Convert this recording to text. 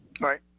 right